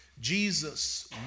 Jesus